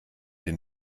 den